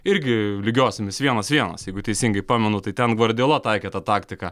irgi lygiosiomis vienas vienas jeigu teisingai pamenu tai ten gvardijola taikė tą taktiką